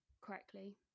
correctly